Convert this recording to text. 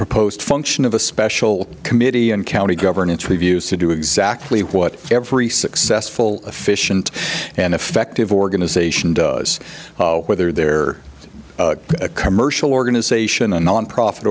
proposed function of a special committee and county governance reviews to do exactly what every successful efficient and effective organization does whether they're commercial organization a nonprofit